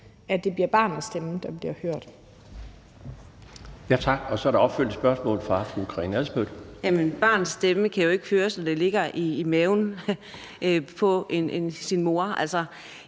at det er barnets stemme, der bliver hørt.